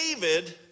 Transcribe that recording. David